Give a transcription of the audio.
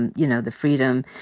and you know, the freedom,